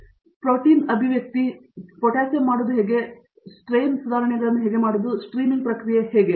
Satyanarayana N Gummadi protein ಅಭಿವ್ಯಕ್ತಿ like potassium ಮಾಡಲು ಹೇಗೆ ಸ್ಟ್ರೈನ್ ಸುಧಾರಣೆಗಳನ್ನು ಹೇಗೆ ಮಾಡುವುದು ಸ್ಟ್ರೀಮಿಂಗ್ ಪ್ರಕ್ರಿಯೆಗೆ ಕೆಳಗೆ